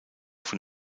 von